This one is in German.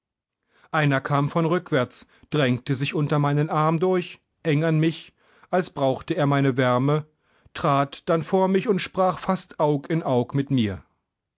einer kam von rückwärts drängte sich unter meinem arm durch eng an mich als brauche er meine wärme trat dann vor mich und sprach fast aug in aug mit mir